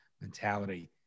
mentality